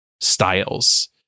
styles